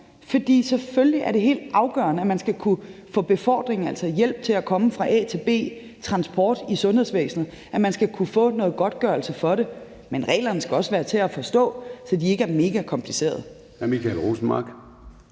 For selvfølgelig er det helt afgørende, at skal man skal kunne få befordring, altså hjælp til at blive transporteret fra a til b i sundhedsvæsenet, og at man skal kunne få noget godtgørelse for det. Men reglerne skal også være til at forstå og ikke være mega komplicerede.